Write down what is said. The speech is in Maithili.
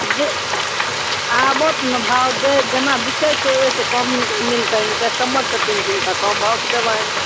जे आबथु ने भाव जे जेना बिकै छै ओहिसँ कम हिनका मिलतनि ई कस्टमर छथिन हिनका कम भावसँ देबनि